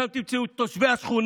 שם תמצאו את תושבי השכונות,